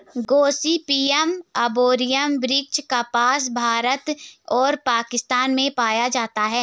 Gossypium arboreum वृक्ष कपास, भारत और पाकिस्तान में पाया जाता है